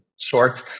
Short